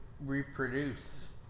reproduce